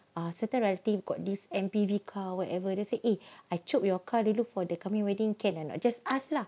uh certain relative got this M_P_V car whatever they say eh I chope your car dulu for the coming wedding can or not just ask lah